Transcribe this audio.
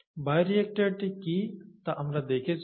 বায়োরিয়েক্টরটি কী তা আমরা দেখেছি